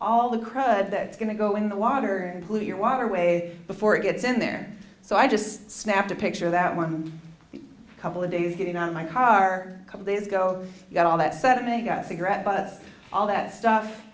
all the crud that's going to go in the water and pollute your water way before it gets in there so i just snapped a picture of that one a couple of days getting on my car a couple days ago got all that set me got cigarette butts all that stuff